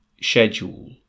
schedule